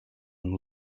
and